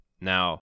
Now